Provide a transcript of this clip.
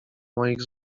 moich